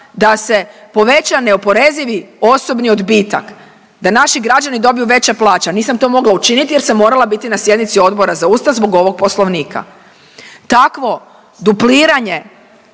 da se poveća neoporezivi osobni odbitak, da naši građani dobiju veće plaće, a nisam to mogla učiniti jer sam morala biti na sjednici Odbora za Ustav zbog ovog poslovnika. Takvo dupliranje